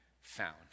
found